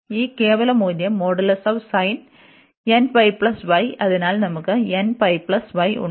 ഈ കേവല മൂല്യം അതിനാൽ നമുക്ക് ഉണ്ട്